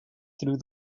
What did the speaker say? through